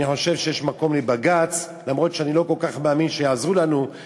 אני חושב שיש מקום לבג"ץ, אם כי אני